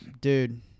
dude